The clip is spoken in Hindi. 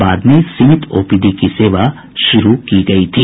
बाद में सीमित ओपीडी की सेवा शुरू की गयी थी